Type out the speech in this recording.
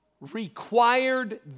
required